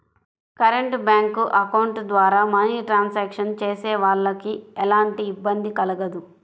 current bank account ద్వారా money transactions చేసేవాళ్ళకి ఎలాంటి ఇబ్బంది కలగదు